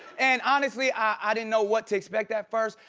and honestly, i didn't know what to expect at first,